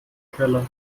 keller